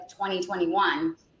2021